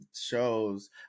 shows